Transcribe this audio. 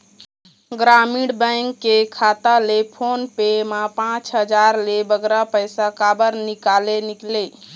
ग्रामीण बैंक के खाता ले फोन पे मा पांच हजार ले बगरा पैसा काबर निकाले निकले?